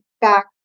back